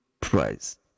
price